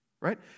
right